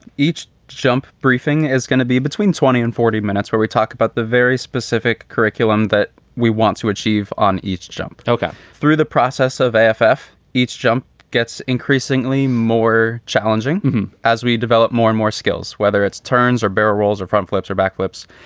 each jump briefing is going to be between twenty and forty minutes where we talk about the very specific curriculum that we want to achieve on each jump. go ah through the process of f f. each jump gets increasingly more challenging as we develop more and more skills, whether it's turns or bare rolls or front flips or backflips.